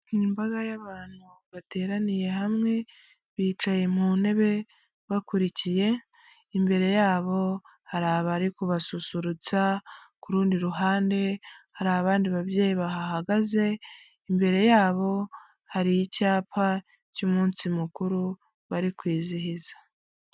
Imbaga y'abantu bateraniye hamwe bicaye mu ntebe bakurikiye imbere yabo hari abari kubasusurutsa ku rundi ruhande hari abandi babyeyi bahagaze imbere yabo hari icyapa cy'umunsi mukuru bari kwizihiza.